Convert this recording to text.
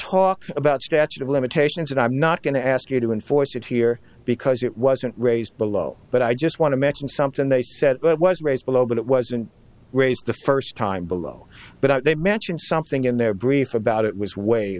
talk about statute of limitations and i'm not going to ask you to enforce it here because it wasn't raised below but i just want to mention something they said was raised below but it wasn't raised the first time below but they mentioned something in their brief about it was wa